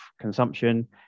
consumption